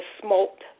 smoked